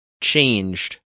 changed